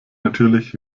natürlich